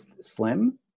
slim